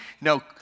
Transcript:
no